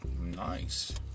nice